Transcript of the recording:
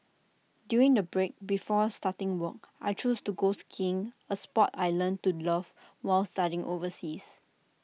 during the break before starting work I chose to go skiing A Sport I learnt to love while studying overseas